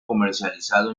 comercializado